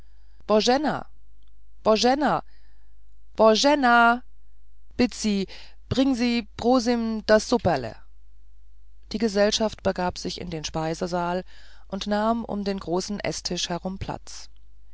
bitt sie bring sie prosim das supperläh die gesellschaft begab sich in den speisesaal und nahm um den großen eßtisch herum platz